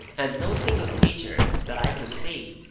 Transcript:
and no single creature, that i could see,